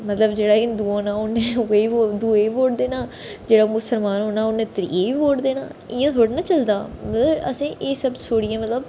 मतलब जेह्ड़ा हिंदु ऐ उनें उन्नै दुए गी वोट देना ते जेह्ड़ा मुसलमान ऐ उन्नै उन्नै त्रिये गी वोट देना इ'यां थोह्ड़े ना चलदा मतलब असेंगी एह् सब छुड़ियै मतलब